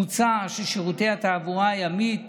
מוצע ששירותי התעבורה הימית